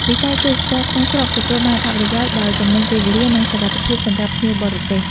វិស័យទេសចរណ៍ក្នុងស្រុកទទួលបានអត្ថប្រយោជន៍ ដោយចំណេញពេលវេលា និងសុវត្ថិភាពសម្រាប់ភ្ញៀវបរទេស។